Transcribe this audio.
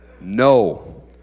No